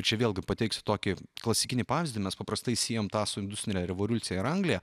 ir čia vėlgi pateiksiu tokį klasikinį pavyzdį mes paprastai siejame tą su industrine revoliucija ir anglija